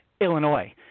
Illinois